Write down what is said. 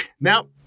Now